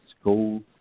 schools